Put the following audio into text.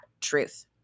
truth